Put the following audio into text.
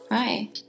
hi